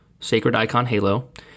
sacrediconhalo